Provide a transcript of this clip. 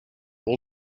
all